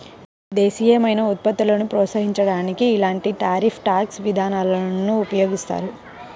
దేశీయమైన ఉత్పత్తులను ప్రోత్సహించడానికి ఇలాంటి టారిఫ్ ట్యాక్స్ విధానాలను ఉపయోగిస్తారు